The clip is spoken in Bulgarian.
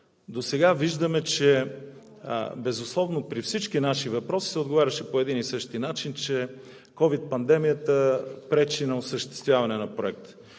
Досега виждаме, че на всички наши въпроси се отговаряше по един и същи начин – че COVID пандемията пречи на осъществяването на проекта.